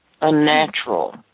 Unnatural